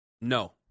No